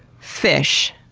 fish?